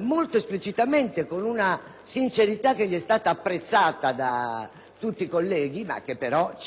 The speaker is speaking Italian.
molto esplicitamente e con una sincerità che è stata apprezzata da tutti i colleghi, ma che ci motiva nel nostro voto contrario, egli ha sostenuto